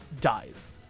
dies